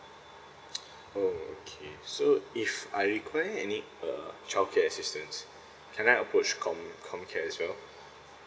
oh okay so if I require any uh childcare assistance can I approach com~ comcare as well